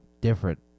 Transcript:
different